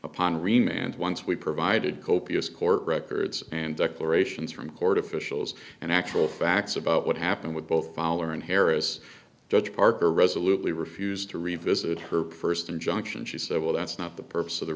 upon remain and once we provided copious court records and declarations from court officials and actual facts about what happened with both fowler and harris judge parker resolutely refused to revisit her first injunction she said well that's not the purpose of the